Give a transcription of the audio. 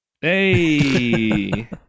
Hey